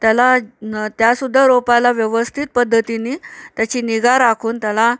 त्याला न त्यासुद्धा रोपाला व्यवस्थित पद्धतीने त्याची निगा राखून त्याला